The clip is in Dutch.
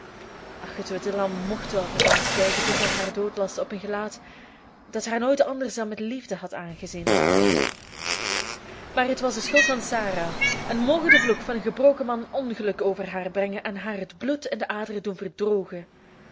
ach het witte lam mocht wel verbaasd kijken toen zij haar dood las op een gelaat dat haar nooit anders dan met liefde had aangezien maar het was de schuld van sarah en moge de vloek van een gebroken man ongeluk over haar brengen en haar het bloed in de aderen doen verdrogen